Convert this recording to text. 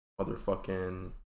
motherfucking